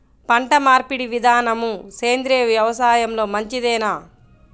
పంటమార్పిడి విధానము సేంద్రియ వ్యవసాయంలో మంచిదేనా?